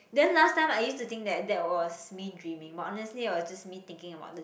then last time I used to think that that was me dreaming but honestly it was just me thinking about the